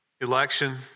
election